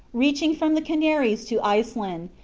reaching from the canaries to iceland,